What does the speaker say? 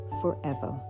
forever